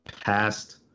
past